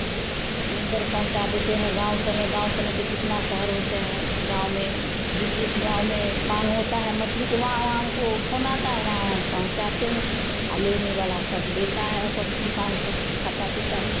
उधर पहुँचा देते हैं गाँव सब में गाँव सब में तो कितना शहर होते हैं गाँव में जिस जिस गाँव में माँग होता है मछली के वहाँ वहाँ हमको फोन आता है वहाँ हम पहुँचाते हैं और लेने वाला सब लेता है अपन किसान सब खाता पीता है